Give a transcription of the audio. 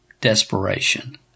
desperation